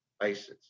ISIS